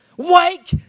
Wake